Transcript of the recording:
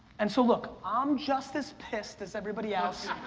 and so look. i'm just as pissed as everybody else.